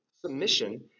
submission